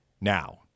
Now